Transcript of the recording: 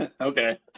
Okay